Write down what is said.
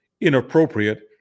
inappropriate